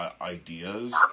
ideas